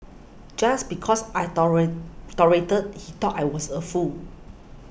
just because I tolerated he thought I was a fool